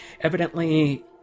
evidently